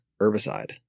herbicide